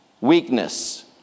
weakness